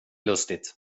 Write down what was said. lustigt